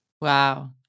Wow